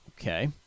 Okay